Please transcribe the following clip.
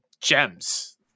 gems